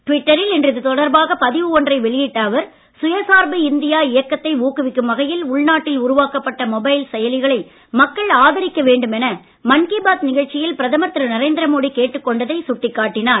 டுவிட்டரில் இன்று இதுதொடர்பாக பதிவு ஒன்றை வெளியிட்ட அவர் சுயசார்பு இந்தியா இயக்கத் ஊக்குவிக்கும் வகையில் உள்நாட்டில் உருவாக்கப்பட்ட மொபைல் செயலிகளை மக்கள் ஆதரிக்க வேண்டும் என மன் கி பாத் நிகழ்ச்சியில் பிரதமர் திரு நரேந்திர மோடி கேட்டுக் கொண்டதை சுட்டிக் காட்டினார்